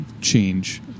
change